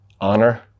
honor